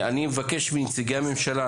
אני מבקש מנציגי הממשלה.